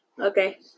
Okay